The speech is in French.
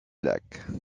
lac